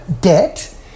debt